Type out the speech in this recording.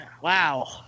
wow